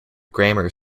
grammar